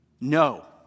No